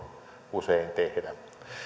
usein tehdä